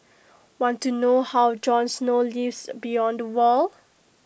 want to know how Jon snow lives beyond the wall